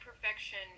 perfection